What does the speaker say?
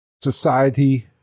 society